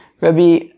Rabbi